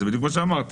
זה בדיוק מה שאמרתי.